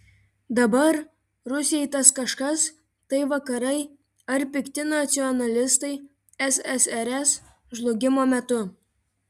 dabar rusijai tas kažkas tai vakarai ar pikti nacionalistai ssrs žlugimo metu